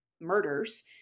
murders